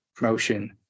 motion